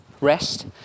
rest